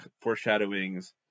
foreshadowings